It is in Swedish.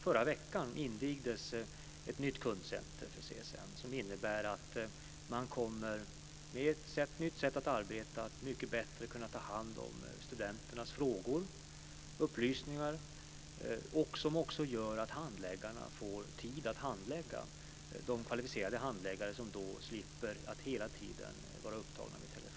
Förra veckan invigdes ett nytt kundcenter för CSN innebärande att man med ett nytt sätt att arbeta mycket bättre kommer att kunna ta hand om studenternas frågor och om upplysningar. Det gör att handläggarna får tid att handlägga - kvalificerade handläggare som därmed slipper att hela tiden vara upptagna med telefonen.